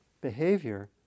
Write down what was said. behavior